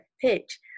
pitch